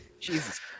Jesus